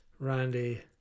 Randy